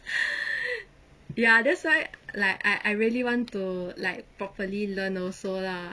ya that's why like I I really want to like properly learn also lah